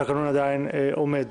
התקנון עדיין עומד.